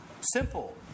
simple